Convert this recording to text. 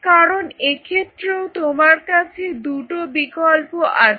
কারণ এক্ষেত্রেও তোমার কাছে দুটো বিকল্প আছে